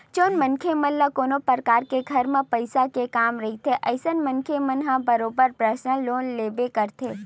जउन मनखे मन ल कोनो परकार के घर म पइसा के काम रहिथे अइसन मनखे मन ह बरोबर परसनल लोन लेबे करथे